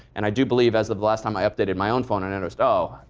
and i do believe as of the last time i updated my own phone and i noticed, oh,